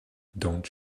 don’t